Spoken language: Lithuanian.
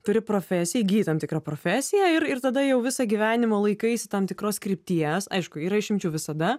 turi profesiją įgyji tam tikrą profesiją ir ir tada jau visą gyvenimo laikaisi tam tikros krypties aišku yra išimčių visada